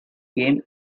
game